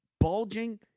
Bulging